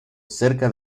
cerca